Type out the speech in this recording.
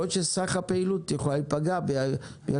יכול להיות שסך הפעילות יכול להיפגע בגלל